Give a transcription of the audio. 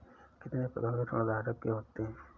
कितने प्रकार ऋणधारक के होते हैं?